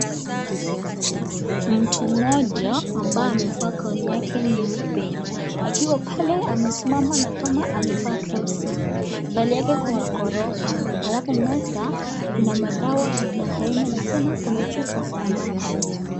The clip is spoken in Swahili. Mtu mmoja ambaye amevaa gauni yake nyeupe akiwa pale amesimama na kama amevaa gloves . Mbele yake kuna ghorofa alafu meza kuna madawa ya aina aina na tena kuna chupa ya maji.